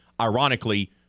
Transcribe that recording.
Ironically